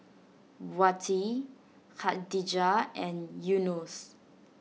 Wati Khadija and Yunos